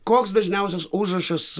koks dažniausias užrašas